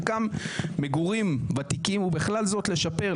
מרקם מגורים ותיקים ובכלל זאת לשפר,